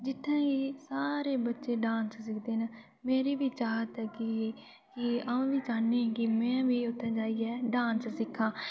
जित्थै कि सारे बच्चे डांस सिखदे न मेरी बी चाह्त ऐ कि अ'ऊं बी चाह्न्नी कि में बी उत्थै जाइयै डांस सिक्खां